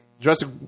Jurassic